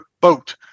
boat